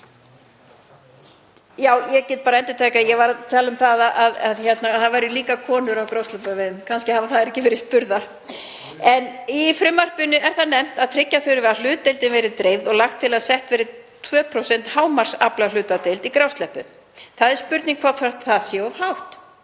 Já, ég get bara endurtekið að ég var að tala um að það væru líka konur á grásleppuveiðum. Kannski hafa þær ekki verið spurðar. (Gripið fram í.) Í frumvarpinu er nefnt að tryggja þurfi að hlutdeildin verði dreifð og lagt er til að sett verði 2% hámarksaflahlutdeild í grásleppu. Það er spurning hvort það sé of hátt.